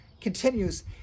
continues